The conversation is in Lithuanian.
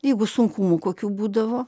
jeigu sunkumų kokių būdavo